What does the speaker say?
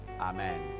amen